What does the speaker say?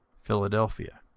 philadelphia.